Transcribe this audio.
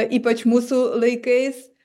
ypač mūsų laikais